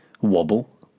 wobble